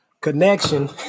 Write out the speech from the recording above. Connection